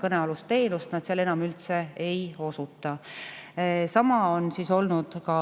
kõnealust teenust nad seal enam üldse ei osuta. Sama on olnud ka